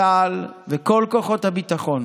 צה"ל וכל כוחות הביטחון